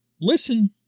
listen